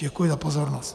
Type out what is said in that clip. Děkuji za pozornost.